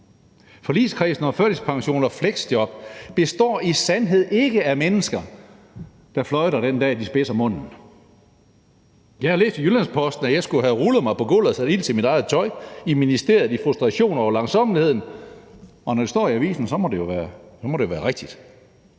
Forligskredsen om førtidspension og fleksjob består i sandhed ikke af mennesker, der fløjter den dag, de spidser munden. Jeg har læst i Jyllands-Posten, at jeg skulle have rullet mig på gulvet og sat ild til mit eget tøj i ministeriet i frustration over langsommeligheden – og når det står i avisen, må det jo være rigtigt.